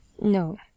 no